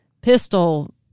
pistol